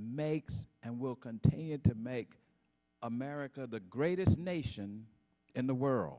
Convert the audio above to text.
makes and will continue to make america the greatest nation in the world